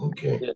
Okay